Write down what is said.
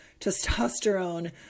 testosterone